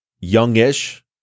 youngish